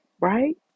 right